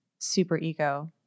superego